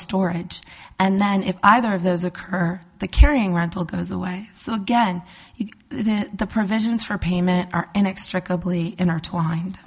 storage and then if either of those occur the carrying rental goes away so again the provisions for payment are inextricably intertwined